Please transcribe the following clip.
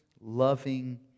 loving